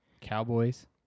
Cowboys